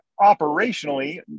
operationally